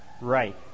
Right